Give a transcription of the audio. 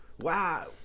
Wow